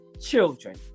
children